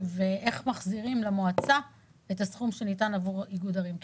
ואיך מחזירים למועצה את הסכום שניתן עבור איגוד ערים כנרת?